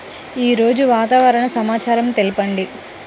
ఈరోజు వాతావరణ సమాచారం తెలుపండి